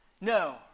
No